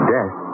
Death